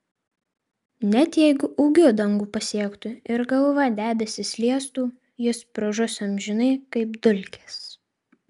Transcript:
net jeigu ūgiu dangų pasiektų ir galva debesis liestų jis pražus amžinai kaip dulkės